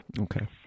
Okay